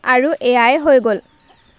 আৰু এইয়া হৈ গ'ল